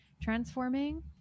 transforming